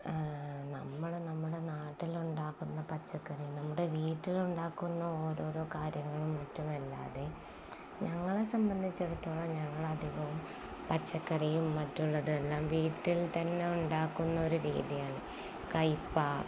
അ നമ്മള് നമ്മുടെ നാട്ടിലുണ്ടാക്കുന്ന പച്ചക്കറി നമ്മുടെ വീട്ടിലുണ്ടാക്കുന്ന ഓരോരോ കാര്യങ്ങളും മറ്റുമല്ലാതെ ഞങ്ങളെ സംബന്ധിച്ചിടത്തോളം ഞങ്ങളധികവും പച്ചക്കറിയും മറ്റുള്ളതെല്ലാം വീട്ടിൽ തന്നെ ഉണ്ടാക്കുന്ന ഒരു രീതിയാണ് കൈപ്പ